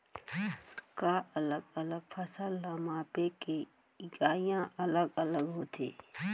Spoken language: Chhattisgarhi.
का अलग अलग फसल ला मापे के इकाइयां अलग अलग होथे?